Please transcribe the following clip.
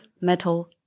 metal